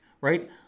right